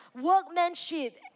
workmanship